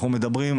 אנחנו מדברים,